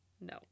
no